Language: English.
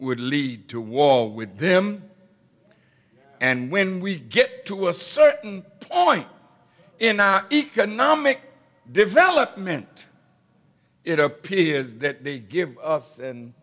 would lead to war with them and when we get to a certain point in our economic development it appears that they give us an